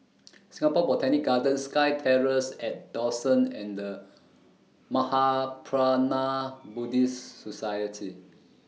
Singapore Botanic Gardens SkyTerrace At Dawson and The Mahaprajna Buddhist Society